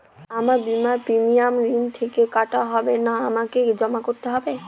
আমার বিমার প্রিমিয়াম ঋণ থেকে কাটা হবে না আমাকে জমা করতে হবে?